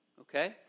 Okay